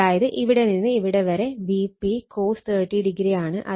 അതായത് ഇവിടെ നിന്ന് ഇവിടെ വരെ Vp cos 30o ആണ്